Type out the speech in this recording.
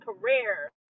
career